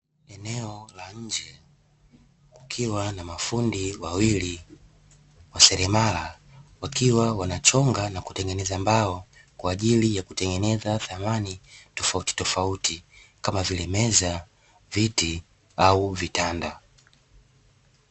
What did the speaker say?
Eneo la nje kukiwa na mafundi wawili wa seremala wakiwa wanachonga na kutengeneza mbao, kwa ajili ya kutengeneza samani tofautitofauti kama vile meza, viti, au vitanda.